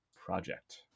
Project